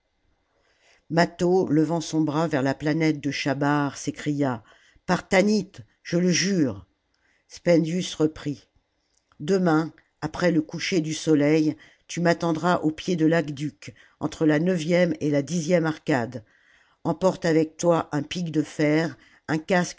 mâtho levant son bras vers la planète de chabar s'écria partanit je le jure spendius reprit demain après le coucher du soleil tu ni attendras au pied de l'aqueduc entre la neuvième et la dixième arcade emporte avec toi un pic de fer un casque